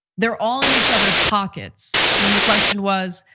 they're all in each other's pockets. and then the question was,